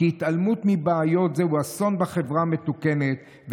כי התעלמות מבעיות זה אסון בחברה מתוקנת,